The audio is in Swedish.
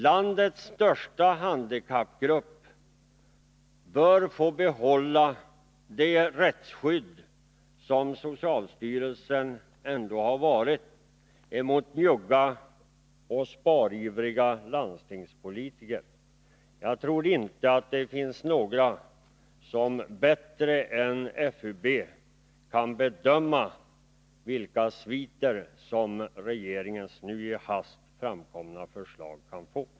Landets största handikappgrupp bör få behålla det rättsskydd som socialstyrelsen ändå har inneburit gentemot njugga och sparivriga landstingspolitiker. Jag tror inte att det finns några som bättre än FUB kan bedöma vilka sviter som regeringens nu i hast framkomna förslag kan få.